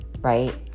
right